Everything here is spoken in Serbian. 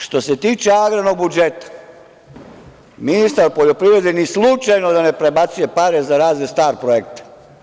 Što se tiče agrarnog budžeta, ministar poljoprivrede ni slučajno da ne prebacuje pare za razne star projekte.